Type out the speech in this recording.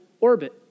orbit